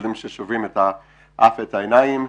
ילדים ששוברים את האף ואת העיניים.